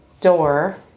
door